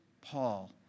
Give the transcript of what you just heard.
Paul